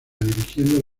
dirigiendo